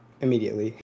immediately